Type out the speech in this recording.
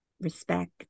respect